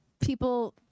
people